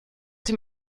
dem